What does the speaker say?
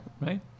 right